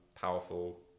powerful